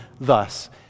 thus